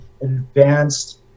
advanced